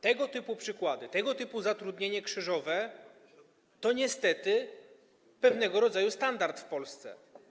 Tego typu przykłady, tego typu zatrudnienie krzyżowe to niestety pewnego rodzaju standard w Polsce.